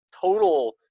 total